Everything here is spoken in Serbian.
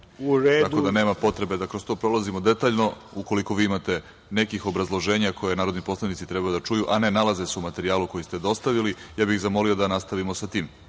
tako da nema potrebe da kroz to prolazimo detaljno. Ukoliko vi imate nekih obrazloženja koje narodni poslanici treba da čuju, a ne nalaze se u materijalu koji ste dostavili, ja bih zamolio da nastavimo sa tim.